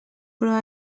però